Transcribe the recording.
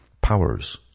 powers